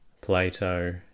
Plato